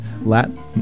Latin